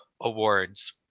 awards